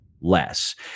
less